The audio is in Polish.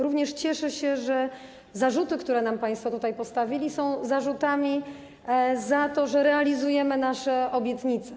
Również cieszę się, że zarzuty, które nam państwo tutaj postawili, są zarzutami o to, że realizujemy nasze obietnice.